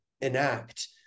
enact